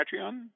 Patreon